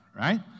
right